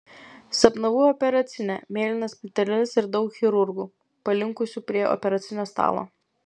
sapnavau operacinę mėlynas plyteles ir daug chirurgų palinkusių prie operacinio stalo